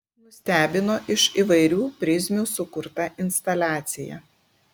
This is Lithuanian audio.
nustebino iš įvairių prizmių sukurta instaliacija